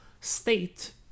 state